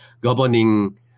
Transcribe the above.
governing